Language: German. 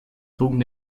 trugen